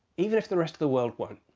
even if the rest of the world won't.